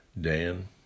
Dan